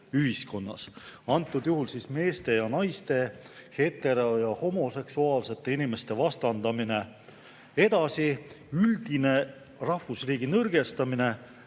antud juhul meeste ja naiste, hetero‑ ja homoseksuaalsete inimeste vastandamine; edasi, üldine rahvusriigi nõrgestamine,